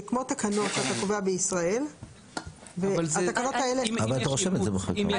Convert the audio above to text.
לתת למנהל שירות המזון לקבוע הוראה שיש לה השלכות --- אבל אמרנו שזה